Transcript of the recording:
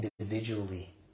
individually